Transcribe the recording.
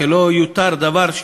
שלא יותר דבר,